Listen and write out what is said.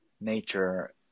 nature